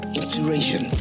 inspiration